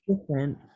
different